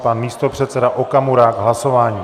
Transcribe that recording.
Pan místopředseda Okamura k hlasování.